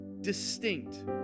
distinct